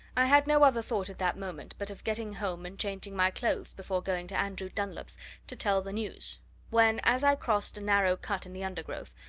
i had no other thought at that moment but of getting home and changing my clothes before going to andrew dunlop's to tell the news when, as i crossed a narrow cut in the undergrowth,